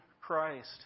Christ